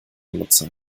nutzer